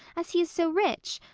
as he is so rich.